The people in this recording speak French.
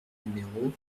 numéro